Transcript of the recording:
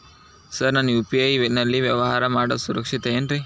Sir ನಾನು UPI ನಲ್ಲಿ ವ್ಯವಹಾರ ಮಾಡೋದು ಸುರಕ್ಷಿತ ಏನ್ರಿ?